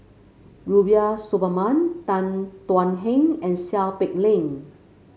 Rubiah Suparman Tan Thuan Heng and Seow Peck Leng